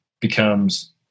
becomes